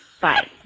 Bye